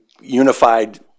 unified